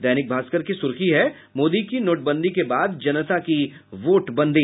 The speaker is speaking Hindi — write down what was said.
दैनिक भास्कर की सुर्खी है मोदी की नोटबंदी के बाद जनता की वोटबंदी